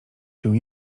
się